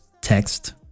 text